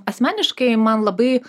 asmeniškai man labai